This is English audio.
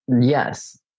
Yes